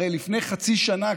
הרי לפני חצי שנה,